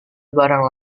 barang